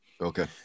Okay